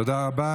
תודה רבה.